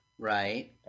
right